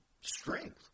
strength